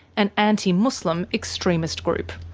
an anti-muslim extremist group.